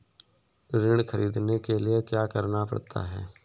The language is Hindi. ऋण ख़रीदने के लिए क्या करना पड़ता है?